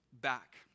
back